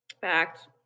Fact